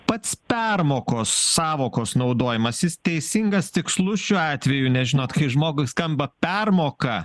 pats permokos sąvokos naudojimas jis teisingas tikslus šiuo atveju nes žinot kai žmogui skamba permoka